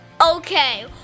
okay